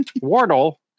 Wardle